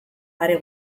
are